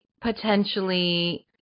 potentially